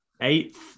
eighth